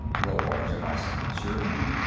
rovard javasan assured him.